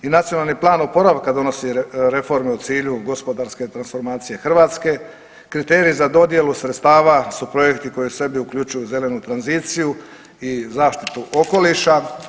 I nacionalni plan oporavka donosi reforme u cilju gospodarske transformacije Hrvatske, kriteriji za dodjelu sredstava su projekti koji u sebi uključuju zelenu tranziciju i zaštitu okoliša.